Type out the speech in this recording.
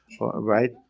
right